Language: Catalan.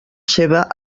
seva